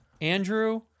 Andrew